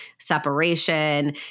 separation